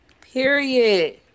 period